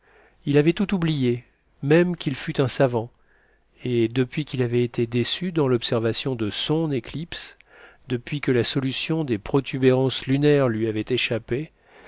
il avait tout oublié même qu'il fût un savant et depuis qu'il avait été déçu dans l'observation de son éclipse depuis que la solution des protubérances lunaires lui avait échappé